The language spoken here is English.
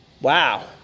Wow